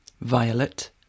Violet